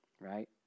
right